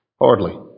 Hardly